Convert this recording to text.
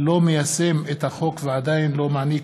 הצעת חוק מרשם